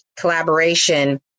collaboration